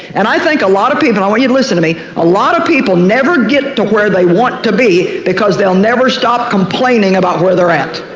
and i think a lot of people, and i want you to listen to me, a lot of people never get to where they want to be because they'll never stop complaining about where they're at,